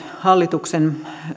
hallituksen